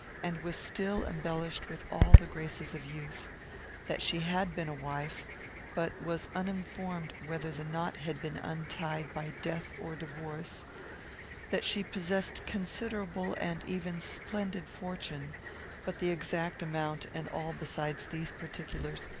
and was still embellished with all the graces of youth that she had been a wife but was uninformed whether the knot had been untied by death or divorce that she possessed considerable, and even splendid, fortune but the exact amount, and all besides these particulars,